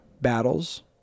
battles